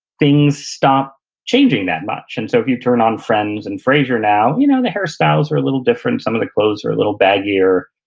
things stop changing that much. and so if you turn on friends and frasier now, you know the hairstyles are a little different, some of the clothes are a little baggier,